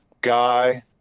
guy